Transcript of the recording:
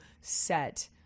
set